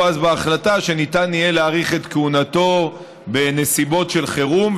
אז בהחלטה שניתן יהיה להאריך את כהונתו בנסיבות של חירום,